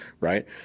right